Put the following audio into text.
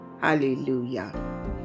Hallelujah